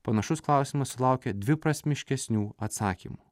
panašus klausimas sulaukė dviprasmiškesnių atsakymų